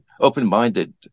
open-minded